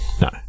No